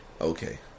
Okay